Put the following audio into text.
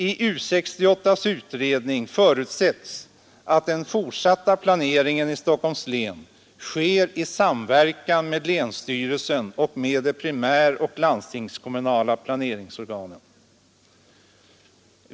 I U 68:s utredning förutsätts att den fortsatta planeringen i Stockholms län sker i samverkan med länsstyrelsen och med de primäroch landstingskommunala planeringsorganen.